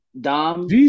Dom